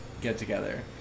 get-together